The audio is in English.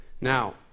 Now